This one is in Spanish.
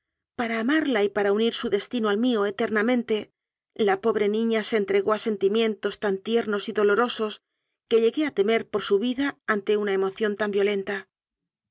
para amarla y para unir su destino al mío eternamente la pobre niña se entregó a sentimientos tan tiernos y do lorosos que llegue a temer por su vida ante una emoción tan violenta